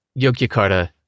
Yogyakarta